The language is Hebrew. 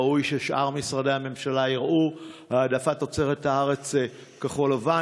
ראוי ששאר משרדי הממשלה יַראו העדפת תוצרת הארץ כחול-לבן.